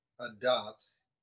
adopts